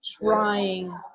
trying